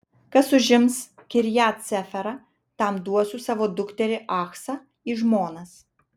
kas užims kirjat seferą tam duosiu savo dukterį achsą į žmonas